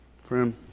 Friend